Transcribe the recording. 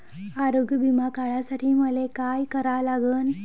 आरोग्य बिमा काढासाठी मले काय करा लागन?